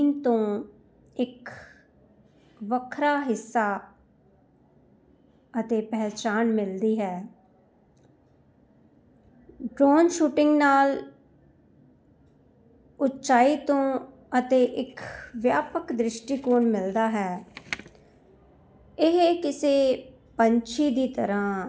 ਅਤੇ ਇੱਕ ਪੋਰਟਰੇਟ ਵਿੱਚ ਇਹ ਅੱਖਾਂ ਹਨ ਜੋ ਚਿੱਤਰ ਦੇ ਕਿਸੇ ਵੀ ਹੋਰ ਹਿੱਸੇ ਨਾਲੋਂ ਵੱਧ ਸਾਨੂੰ ਵਿਅਕਤੀ ਨਾਲ ਜੁੜਿਆ ਹੋਇਆ ਮਹਿਸੂਸ ਕਰਾਉਂਦੀਆਂ ਹਨ ਮੋਹਿਤ ਕਰਦੀਆਂ ਹਨ ਅਤੇ ਮਹਿਸੂਸ ਕਰਾਉਂਦੀਆਂ ਹਨ ਉਹਨਾਂ ਨੂੰ ਦਰਸ਼ਕ ਨਾਲ ਸੰਚਾਰ ਕਰਨ ਦਿਓ